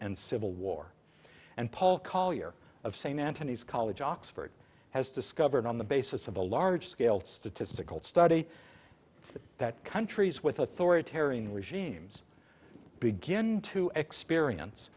and civil war and paul collier of st anthony's college oxford has discovered on the basis of the large scale statistical study that countries with authoritarian regimes begin to experience